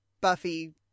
buffy